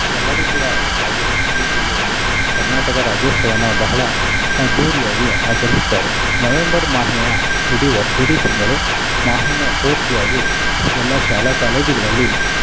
ಎಲ್ಲರೂ ಕೂಡ ಒಟ್ಟಾಗಿ ಈ ಜಿಲ್ಲೆಯಲ್ಲಿ ಕರ್ನಾಟಕ ರಾಜ್ಯೋತ್ಸವವನ್ನು ಬಹಳ ಅದ್ಧೂರಿಯಾಗಿ ಆಚರಿಸುತ್ತಾರೆ ನವೆಂಬರ್ ಮಾಹೆಯ ಇಡೀ ವರ್ ಇಡೀ ತಿಂಗಳು ಮಾಹೆಯ ಪೂರ್ತಿಯಾಗಿ ಎಲ್ಲ ಶಾಲಾ ಕಾಲೇಜುಗಳಲ್ಲಿ